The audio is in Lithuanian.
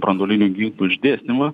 branduolinių ginklų išdėstymą